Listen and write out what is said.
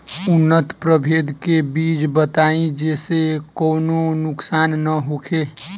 उन्नत प्रभेद के बीज बताई जेसे कौनो नुकसान न होखे?